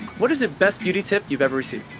what is the best beauty tip you've ever received?